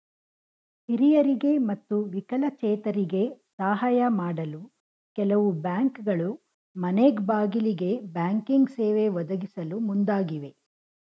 ಹಿರಿಯರಿಗೆ ಮತ್ತು ವಿಕಲಚೇತರಿಗೆ ಸಾಹಯ ಮಾಡಲು ಕೆಲವು ಬ್ಯಾಂಕ್ಗಳು ಮನೆಗ್ಬಾಗಿಲಿಗೆ ಬ್ಯಾಂಕಿಂಗ್ ಸೇವೆ ಒದಗಿಸಲು ಮುಂದಾಗಿವೆ